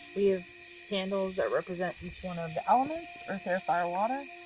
we have candles that represent each one of the elements earth, air, fire, water.